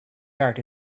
tart